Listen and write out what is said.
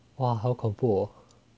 哇好恐怖哦